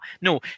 No